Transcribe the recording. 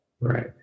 Right